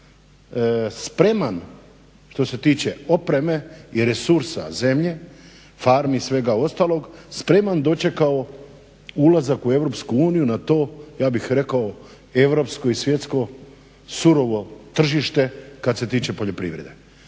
spreman što se tiče opreme i resursa zemlje, farmi i svega ostalog spreman dočekao ulazak u EU na to ja bih rekao europsko i svjetsko surovo tržište kad se tiče poljoprivrede.